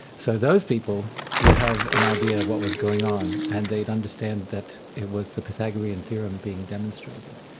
so those people would have an idea of what was going on, and they'd understand that it was the pythagorean theorem being demonstrated.